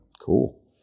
Cool